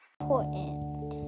important